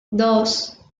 dos